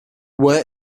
where